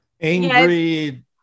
Angry